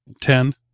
ten